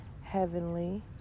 heavenly